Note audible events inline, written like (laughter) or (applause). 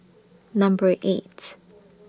Number eight (noise)